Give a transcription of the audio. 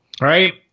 right